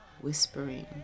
whispering